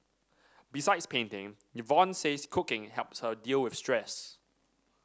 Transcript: besides painting Yvonne says cooking helps her deal with stress